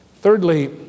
Thirdly